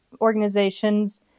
organizations